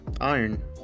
Iron